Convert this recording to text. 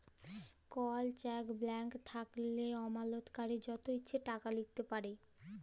call cheque blank থ্যাইকলে আমালতকারী যত ইছে টাকা লিখতে পারে